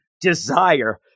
Desire